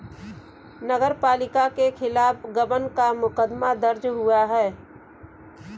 नगर पालिका के खिलाफ गबन का मुकदमा दर्ज हुआ है